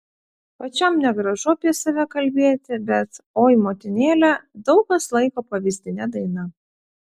pačiam negražu apie save kalbėti bet oi motinėle daug kas laiko pavyzdine daina